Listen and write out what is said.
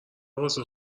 واسه